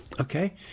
Okay